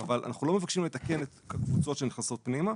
אנחנו לא מבקשים לתקן את הקבוצות שנכנסות פנימה,